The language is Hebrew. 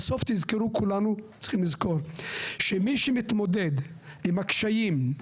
בסוף צריכים לזכור שמי שמתמודד עם הקשיים,